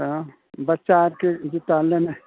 तब बच्चा आरके जुत्ता लेनाइ